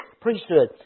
priesthood